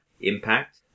impact